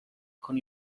con